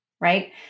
right